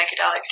psychedelics